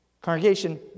Congregation